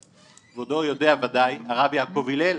כבודו יודע ודאי, הרב יעקב הלל,